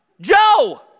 Joe